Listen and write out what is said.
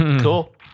Cool